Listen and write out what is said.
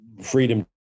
freedom